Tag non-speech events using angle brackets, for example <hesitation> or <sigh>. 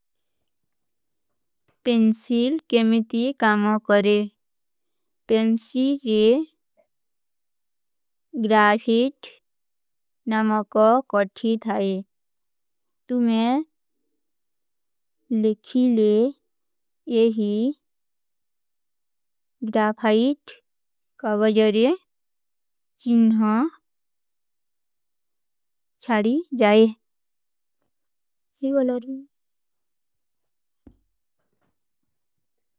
ପେଂସିଲ କେମେଟୀ କାମା କରେଂ। ପେଂସିଲ କେ <hesitation> ଗ୍ରାଫାଇଟ ନାମକୋ କଠୀ ଥାଈ। ତୁମ୍ହେ ଲିଖୀ ଲେ ଯେହୀ ଗ୍ରାଫାଇଟ କବଜରେ ଚିନହ <hesitation> ଚାରୀ ଜାଏ। ହୀ ଵହ ନଡୀ।